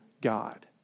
God